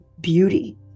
beauty